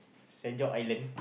Saint-John-Island